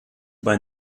über